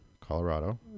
Colorado